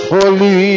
Holy